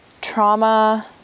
trauma